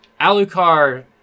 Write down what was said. Alucard